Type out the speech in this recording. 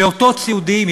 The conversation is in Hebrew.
פעוטות סיעודיים,